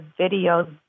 video